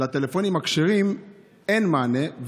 לטלפונים הכשרים אין מענה,